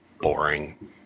boring